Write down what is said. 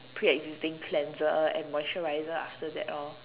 preexisting cleanser and moisturizer after that lor